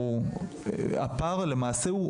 במועצות הבדואיות?